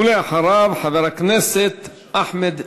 ואחריו, חבר הכנסת אחמד טיבי.